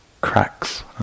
cracks